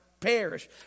perish